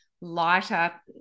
lighter